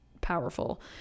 powerful